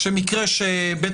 צריך לצמצם את